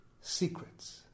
secrets